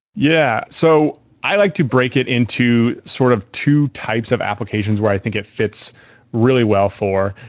yeah. so i like to break it into sort of two types of applications where i think it fits really well for.